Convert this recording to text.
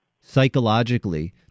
psychologically